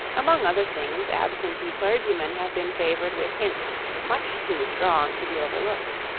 among other things, absentee clergymen have been favoured with hints much too strong to be overlooked.